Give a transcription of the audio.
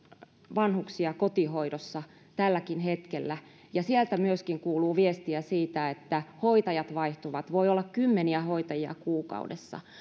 vanhuksia kotihoidossa tälläkin hetkellä ja sieltä myöskin kuuluu viestiä siitä että hoitajat vaihtuvat voi olla kymmeniä hoitajia kuukaudessa